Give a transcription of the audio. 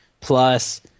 plus